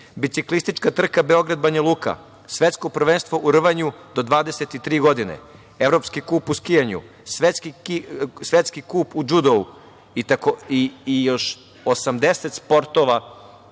Biciklistička trka Beograd-Banja Luka, Svetsko prvenstvo u rvanju do 23 godine, Evropski kup u skijanju, Svetski kup u džudou i još 80 sportova